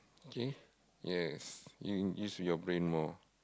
okay yes you use your brain more